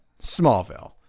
Smallville